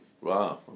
Wow